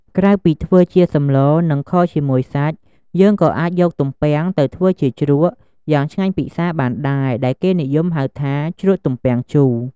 ក្រៅពីធ្វើជាសម្ល និង ខជាមួយសាច់ យើងក៏អាចយកទំពាំងទៅធ្វើជាជ្រក់យ៉ាងឆ្ងាញ់ពិសាបានដែរ ដែលគេនិយមហៅថា ជ្រក់ទំពាងជូរ។